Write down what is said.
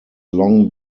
long